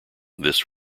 this